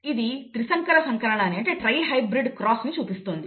ఇది త్రిసంకర సంకరణాన్ని చూపిస్తోంది